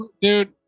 Dude